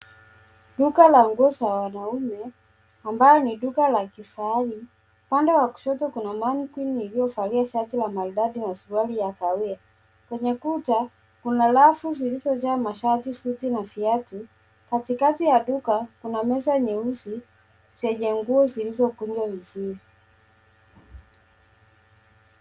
Duka la nguo za wanaume, ambayo ni duka la kifahari. Upande wa kushoto kuna mannequin iliyovalia shati la maridadi na suruali ya kahawia. Kwenye kuta kuna rafu zilizojaa mashati, suti na viatu, katikati ya duka kuna meza nyeusi zenye nguo zilizokunjwa vizuri.